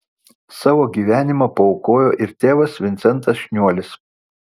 savo gyvenimą paaukojo ir tėvas vincentas šniuolis